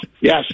Yes